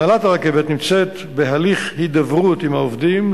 הנהלת הרכבת נמצאת בהליך הידברות עם העובדים,